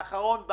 חבר הכנסת יעקב